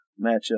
matchup